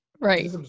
Right